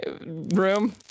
room